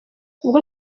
ubwo